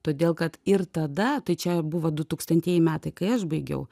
todėl kad ir tada tai čia buvo du tūkstantieji metai kai aš baigiau